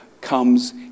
comes